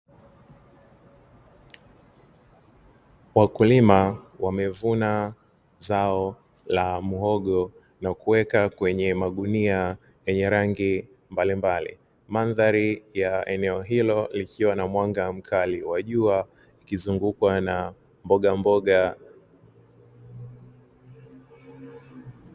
Wakulima wamevuna zao la mhogo na kuweka kwenye magunia yenye rangi mbalimbali, mandhari ya eneo hilo likiwa na mwanga mkali wa jua likizungukwa na mboga mboga.